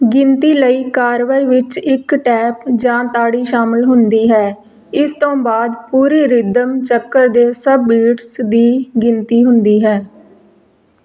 ਗਿਣਤੀ ਲਈ ਕਾਰਵਾਈ ਵਿੱਚ ਇੱਕ ਟੈਪ ਜਾਂ ਤਾੜੀ ਸ਼ਾਮਲ ਹੁੰਦੀ ਹੈ ਇਸ ਤੋਂ ਬਾਅਦ ਪੂਰੀ ਰਿਦਮ ਚੱਕਰ ਦੇ ਸਬ ਬੀਟਸ ਦੀ ਗਿਣਤੀ ਹੁੰਦੀ ਹੈ